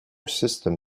system